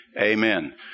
Amen